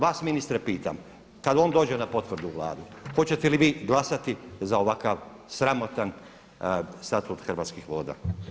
Vas ministre pitam, kada on dođe na potvrdu Vlade hoćete li vi glasati za ovakav sramotan statut Hrvatskih voda.